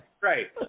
right